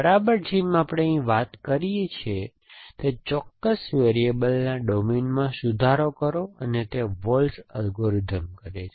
બરાબર જેમ આપણે અહીં વાત કરી છે તે ચોક્કસ વેરીએબલના ડોમેનમાં સુધારો કરો અને તે વોલ્ટ્ઝ અલ્ગોરિધમ કરે છે